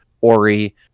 ori